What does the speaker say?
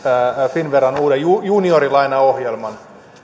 finnveran uuden juniorilainaohjelman